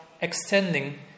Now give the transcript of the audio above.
extending